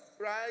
right